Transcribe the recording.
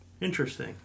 Interesting